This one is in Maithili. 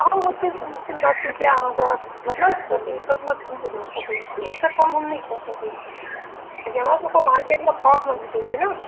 तहन मोसकिलसँ मोसकिल दस रुपैआ अहाँके मतलब छूट दऽ सकै छी एहिसँ कम हम नहि कऽ सकै छी कियाकि हमरा सबके मार्केटमे थोकमे भेटै छै ने